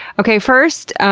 okay first,